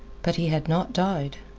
but he had not died,